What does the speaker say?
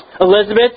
Elizabeth